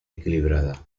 equilibrada